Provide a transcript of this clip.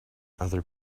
other